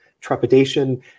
trepidation